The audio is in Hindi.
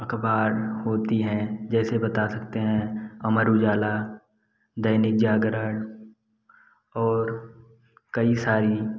अख़बार होती हैं जैसे बता सकते हैं अमर उजाला दैनिक जागरण और कई सारी